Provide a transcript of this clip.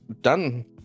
done